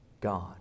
God